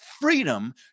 freedom